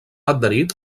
adherit